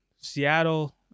Seattle